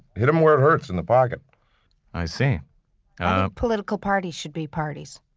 hit them where it hurts, in the pocket i think political parties should be parties.